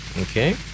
Okay